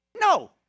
No